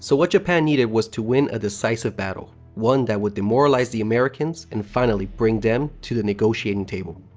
so what japan needed was to win a decisive battle one that would demoralize the americans and finally bring them to the negotiating table.